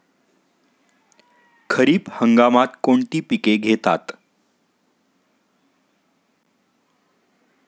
खरीप हंगामात कोणती पिके घेतात?